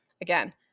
again